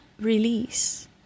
release